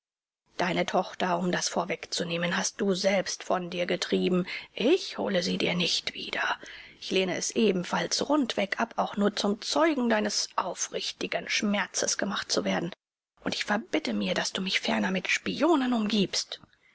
deine tochter um das vorwegzunehmen hast du selbst von dir getrieben ich hole sie dir nicht wieder ich lehne es ebenfalls rundweg ab auch nur zum zeugen deines aufrichtigen schmerzes gemacht zu werden und ich verbitte mir daß du mich ferner mit spionen umgibst